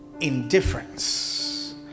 indifference